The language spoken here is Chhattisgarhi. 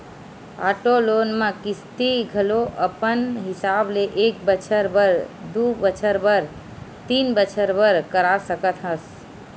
आटो लोन म किस्ती घलो अपन हिसाब ले एक बछर बर, दू बछर बर, तीन बछर बर करा सकत हस